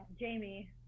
Jamie